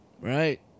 Right